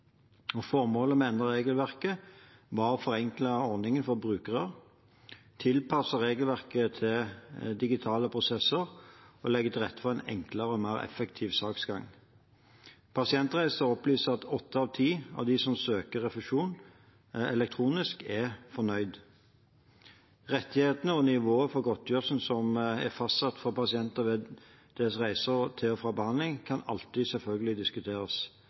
Formålet med å endre regelverket var å forenkle ordningen for brukerne, tilpasse regelverket til digitale prosesser og legge til rette for en enklere og mer effektiv saksgang. Pasientreiser opplyser at åtte av ti som søker refusjon elektronisk, er fornøyd. Rettighetene og nivået på godtgjørelsen som er fastsatt for pasienter ved deres reiser til og fra behandling, kan selvfølgelig alltid diskuteres,